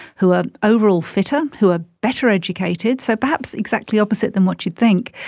who are overall fitter, who are better educated, so perhaps exactly opposite than what you'd think,